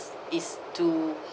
is to